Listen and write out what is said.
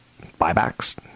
buybacks